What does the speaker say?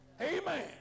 Amen